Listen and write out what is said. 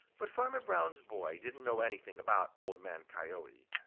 but farmer brown's boy didn't know anything about old man coyote.